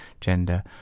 gender